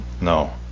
No